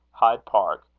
hyde park,